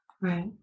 right